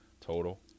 total